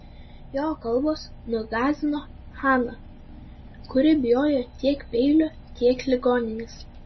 jo kalbos nugąsdino haną kuri bijojo tiek peilio tiek ligoninės